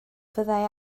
fyddai